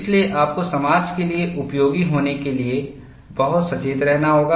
इसलिए आपको समाज के लिए उपयोगी होने के लिए बहुत सचेत रहना होगा